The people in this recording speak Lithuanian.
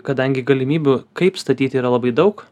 kadangi galimybių kaip statyti yra labai daug